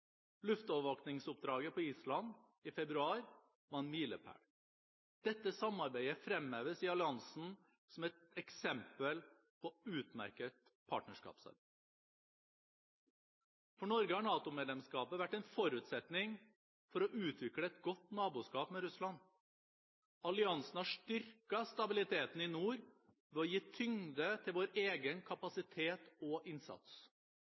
på Island i februar var en milepæl. Dette samarbeidet fremheves i alliansen som et eksempel på utmerket partnerskapsarbeid. For Norge har NATO-medlemskapet vært en forutsetning for å utvikle et godt naboskap med Russland. Alliansen har styrket stabiliteten i nord ved å gi tyngde til vår egen kapasitet og innsats.